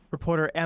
Reporter